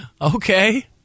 Okay